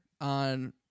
on